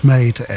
Made